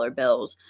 bills